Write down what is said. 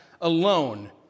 alone